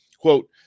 quote